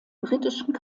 britischen